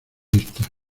vistas